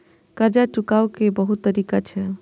कर्जा चुकाव के बहुत तरीका छै?